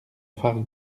fargue